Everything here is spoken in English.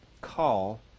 Call